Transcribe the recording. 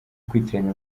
kwitiranya